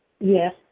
Yes